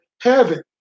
heaven